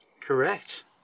Correct